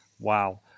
Wow